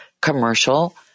commercial